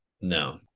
No